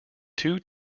two